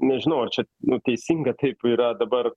nežinau ar čia nu teisinga taip yra dabar